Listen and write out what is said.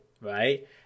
right